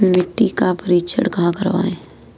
मिट्टी का परीक्षण कहाँ करवाएँ?